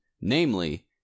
namely